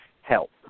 Help